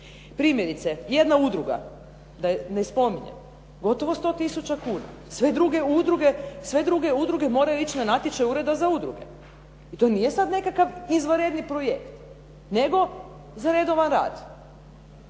Primjerice, jedna udruga, da je ne spominjem, gotovo 100 tisuća kuna, sve druge udruge moraju ići na natječaj Ureda za udruge i to nije sad nekakav izvanredni projekt, nego za redovan rad.